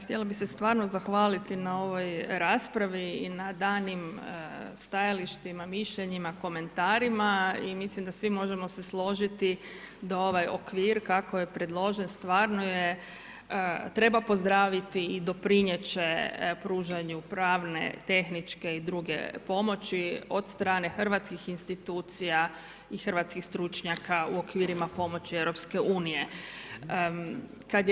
Htjela bih se stvarno zahvaliti na ovoj raspravi i na danim stajalištima, mišljenjima, komentarima i mislim da svi se možemo složiti da ovaj okvir kako je predložen, stvarno je i treba pozdraviti i doprinijet će pružanju pravne, tehničke i druge pomoći od strane hrvatskih institucija i hrvatskih stručnjaka u okvirima pomoći Europske unije.